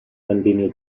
continue